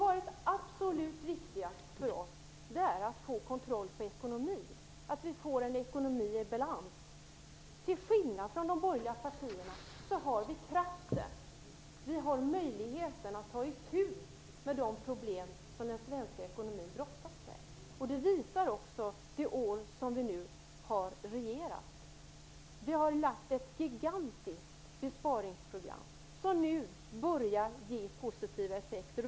Det absolut viktigaste för oss är att få kontroll på ekonomin och att få en ekonomi i balans. Till skillnad från de borgerliga partierna har vi kraften och möjligheten att ta itu med de problem som den svenska ekonomin brottas med. Det visar det år som vi har regerat. Vi har lagt ett gigantiskt besparingsprogram som nu börjar ge positiva effekter.